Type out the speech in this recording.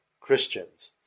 Christians